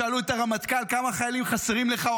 שאלו את הרמטכ"ל: כמה חיילים חסרים לך?